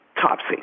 Topsy